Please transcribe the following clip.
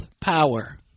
power